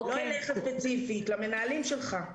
לא אליך ספציפית, למנהלים שלך.